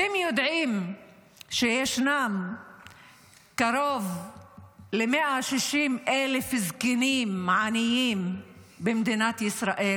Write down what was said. אתם יודעים שישנם קרוב ל-160,000 זקנים עניים במדינת ישראל?